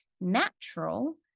natural